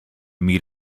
meet